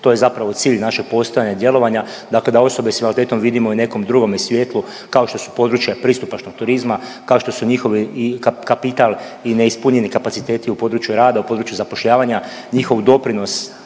To je zapravo cilj našeg postojanja i djelovanja, dakle da osobe s invaliditetom vidimo i u nekome drugome svjetlu kao što su područja pristupačnog turizma, kao što su njihovi i kapital i neispunjeni kapaciteti u području rada, u području zapošljavanja, njihov doprinos